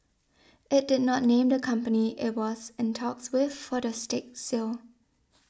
it did not name the company it was in talks with for the stake sale